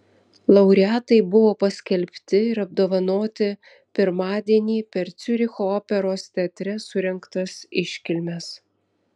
laureatai buvo paskelbti ir apdovanoti pirmadienį per ciuricho operos teatre surengtas iškilmes